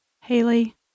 Haley